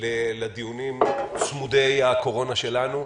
לדיונים צמודי הקורונה שלנו.